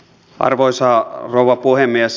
arvoisa rouva puhemies